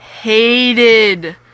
hated